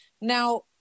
Now